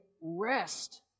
rest